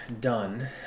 done